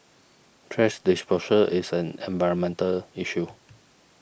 thrash disposal is an environmental issue